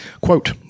quote